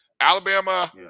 Alabama